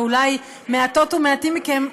ואולי מעטות ומעטים מכם,